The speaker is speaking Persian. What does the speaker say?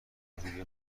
روی